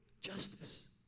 justice